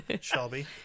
Shelby